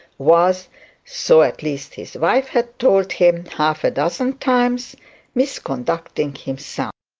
was so at least his wife had told him half a dozen times misconducting himself!